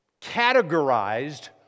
categorized